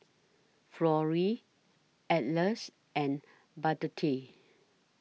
Florrie Atlas and Burdette